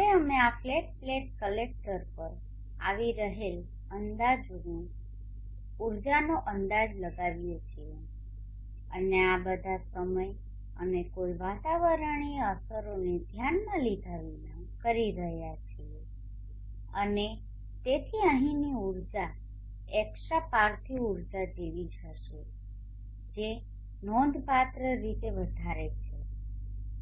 હવે અમે આ ફ્લેટ પ્લેટ કલેક્ટર પર આવી રહેલ ઉર્જાનો અંદાજ લગાવીએ છીએ અને આ બધા સમય અમે કોઈ વાતાવરણીય અસરોને ધ્યાનમાં લીધા વિના કરી રહ્યા છીએ અને તેથી અહીંની ઘટના ઉર્જા એક્સ્ટ્રા પાર્થિવ ઉર્જા જેવી જ હશે જે નોંધપાત્ર રીતે વધારે છે